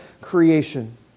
creation